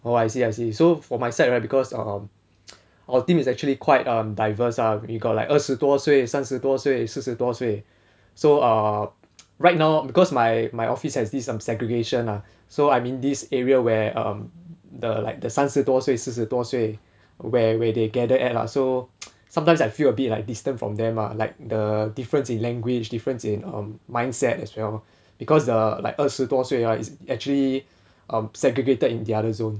oh I see I see so for my side right because um our team is actually quite um diverse ah we got like 二十多岁三十多岁四十多岁 so err right now because my my office has this um segregation ah so I mean this area where um the like the 三十多岁四十多岁 where where they gathered at lah so sometimes I feel a bit like distanced from them ah like the difference in language difference in um mindset as well because err like 二十多岁 right it's actually um segregated in the other zone